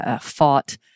fought